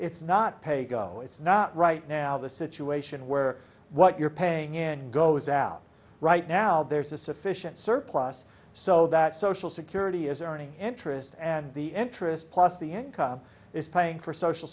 it's not pay go it's not right now the situation where what you're paying in goes out right now there's a sufficient surplus so that social security is earning interest and the interest plus the income is paying for social